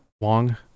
Wong